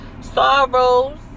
sorrows